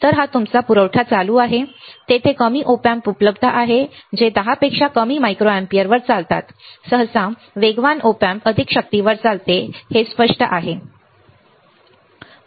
तर हा तुमचा पुरवठा चालू आहे तेथे कमी Op Amps उपलब्ध आहेत जे 10 पेक्षा कमी मायक्रो अँपिअरवर चालतात सहसा वेगवान Op Amp अधिक शक्तीवर चालते हे स्पष्ट आहे की हे स्पष्ट आहे